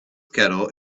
kettle